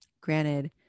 Granted